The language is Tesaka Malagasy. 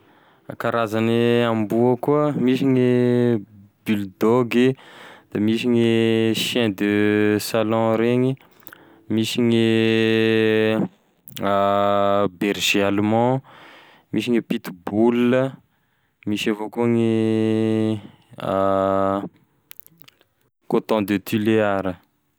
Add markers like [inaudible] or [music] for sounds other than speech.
Karazane amboa koa misy gne bulldogy, misy gne chien de salon regny misy gne [noise] berger allemand, misy gne pitbull misy avao koa ny [hesitation] cotton de tulear.